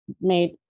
made